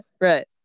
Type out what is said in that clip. right